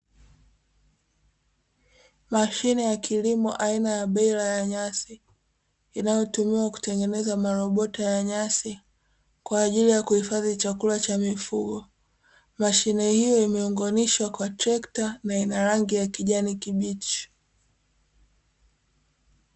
Mashine ya kilimo aina ya bela ya nyasi inayotumika kutengeneza marobota ya nyasi kwa ajili ya kuhifadhi chakula cha mifugo. Mashine hiyo imeunganishwa kwa trekta na ina rangi ya kijani kibichi.